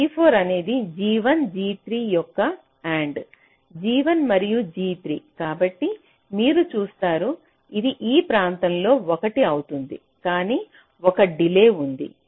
G4 అనేది G1 G3 యొక్క AND G1 మరియు G3 కాబట్టి మీరు చూస్తారు ఇది ఈ ప్రాంతంలో 1 అవుతుంది కానీ 1 డిలే ఉంది